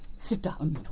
sit down.